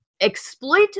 exploit